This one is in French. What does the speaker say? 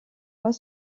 pas